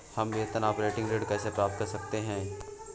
हम वेतन अपरेंटिस ऋण कैसे प्राप्त कर सकते हैं?